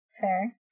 Fair